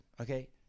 okay